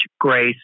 grace